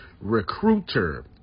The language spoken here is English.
Recruiter